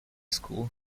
school